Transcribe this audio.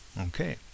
Okay